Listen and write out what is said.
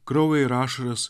kraują ir ašaras